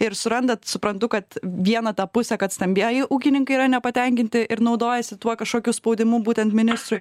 ir surandat suprantu kad vieną tą pusę kad stambieji ūkininkai yra nepatenkinti ir naudojasi tuo kažkokiu spaudimu būtent ministrui